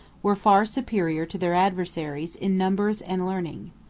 were far superior to their adversaries in numbers and learning.